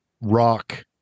rock